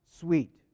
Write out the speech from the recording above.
sweet